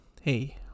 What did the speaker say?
hey